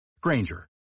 Granger